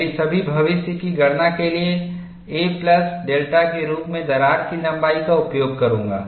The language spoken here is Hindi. मेरी सभी भविष्य की गणना के लिए a प्लस डेल्टा के रूप में दरार की लंबाई का उपयोग करूंगा